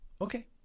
Okay